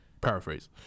Paraphrase